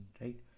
right